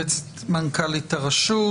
מנכ"לית הרשות,